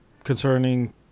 concerning